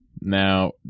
Now